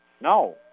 No